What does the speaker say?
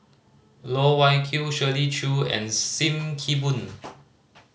Loh Wai Kiew Shirley Chew and Sim Kee Boon